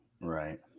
right